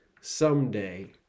someday